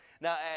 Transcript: Now